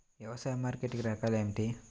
వ్యవసాయ మార్కెటింగ్ రకాలు ఏమిటి?